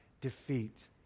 defeat